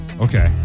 Okay